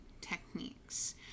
techniques